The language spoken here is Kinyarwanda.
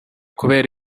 kubera